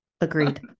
Agreed